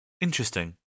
Interesting